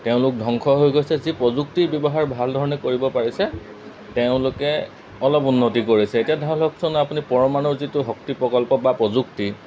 তেওঁলোক ধ্বংস হৈ গৈছে যি প্ৰযুক্তিৰ ব্যৱহাৰ ভাল ধৰণে কৰিব পাৰিছে তেওঁলোকে অলপ উন্নতি কৰিছে এতিয়া ধৰকচোন আপুনি পৰমাণুৰ যিটো শক্তি প্ৰকল্প বা প্ৰযুক্তি